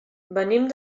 venim